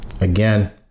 Again